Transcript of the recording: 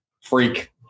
Freak